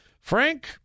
Frank